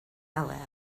allowed